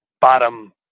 bottom